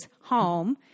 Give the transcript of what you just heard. home